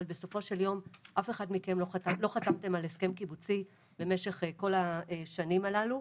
אבל בסופו של יום לא חתמתם על הסכם קיבוצי במשך כל השנים הללו.